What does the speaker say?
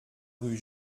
rue